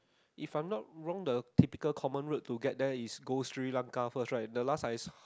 if I'm not wrong the typical common route to get there is go Sri-Lanka first right the last I